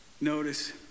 notice